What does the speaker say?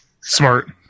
Smart